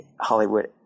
Hollywood